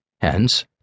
Hence